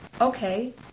okay